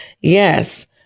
Yes